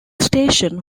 station